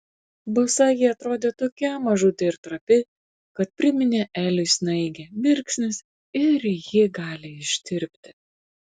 basa ji atrodė tokia mažutė ir trapi kad priminė eliui snaigę mirksnis ir ji gali ištirpti